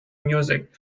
music